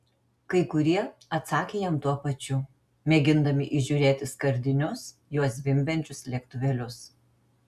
kai kurie atsakė jam tuo pačiu mėgindami įžiūrėti skardinius juo zvimbiančius lėktuvėlius